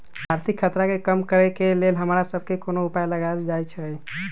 आर्थिक खतरा के कम करेके लेल हमरा सभके कोनो उपाय लगाएल जाइ छै